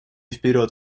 вперед